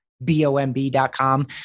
bomb.com